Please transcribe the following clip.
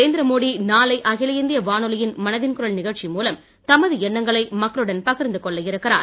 நரேந்திர மோடி நாளை அகில இந்திய வானொலியின் மனதின் குரல் நிகழ்ச்சி மூலம் தமது எண்ணங்களை மக்களுடன் பகிர்ந்து கொள்ள இருக்கிறார்